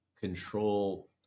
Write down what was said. control